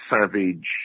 savage